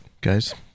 guys